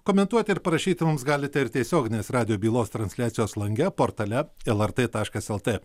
komentuoti ir parašyti mums galite ir tiesioginės radijo bylos transliacijos lange portale lrt taškas lt